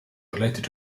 related